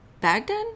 Baghdad